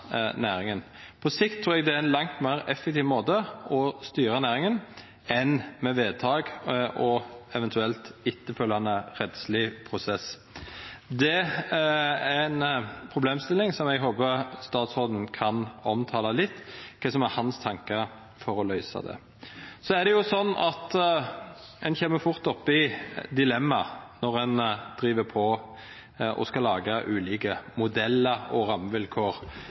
næringa. På sikt trur eg det er ein langt meir effektiv måte å styra næringa på, enn med vedtak og eventuelt etterfølgjande rettsleg prosess. Det er ei problemstilling som eg håpar statsråden kan omtala litt, med omsyn til kva som er hans tankar for å løysa det. Så er det slik at ein kjem fort opp i dilemma når ein skal laga ulike modellar og rammevilkår